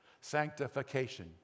sanctification